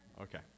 Okay